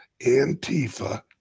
Antifa